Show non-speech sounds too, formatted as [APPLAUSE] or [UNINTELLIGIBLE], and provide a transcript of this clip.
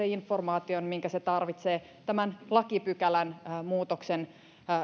[UNINTELLIGIBLE] informaation minkä se tarvitsee tämän lakipykälän muutoksen